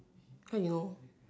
how you know